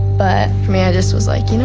but for me, i just was like, you know